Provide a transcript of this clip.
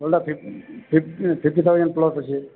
ବୋଲେ fif fif fifty thousand plus ଅଛି